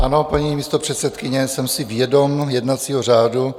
Ano, paní místopředsedkyně, jsem si vědom jednacího řádu.